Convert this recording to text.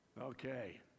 okay